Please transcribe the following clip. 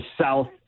South